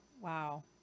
wow